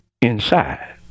inside